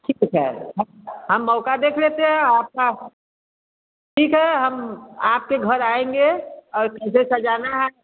ठीक है हम हम मौका देख लेते हैं आपका ठीक है हम आपके घर आएँगे और कैसे सजाना है